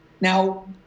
Now